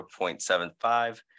0.75